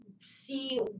see